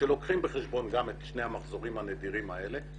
כשלוקחים בחשבון גם את שני המחזורים הנדירים האלה,